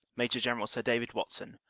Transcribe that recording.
maj general sir david watson,